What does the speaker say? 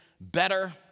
better